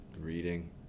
reading